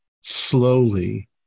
slowly